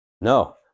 No